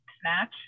snatch